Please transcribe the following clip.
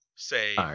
Say